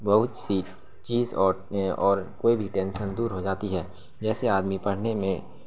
بہت سی چیز اور اور کوئی بھی ٹینسن دور ہو جاتی ہے جیسے آدمی پڑھنے میں